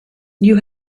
you